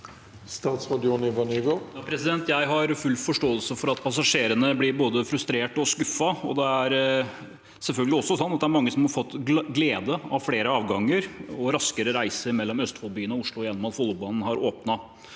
Statsråd Jon-Ivar Nygård Jeg har full forståelse for at passasjerene blir både frustrert og skuffet. Det er selvfølgelig også sånn at det er mange som har fått glede av flere avganger og raskere reiser mellom Østfold-byene og Oslo ved at Follobanen har åpnet.